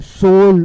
soul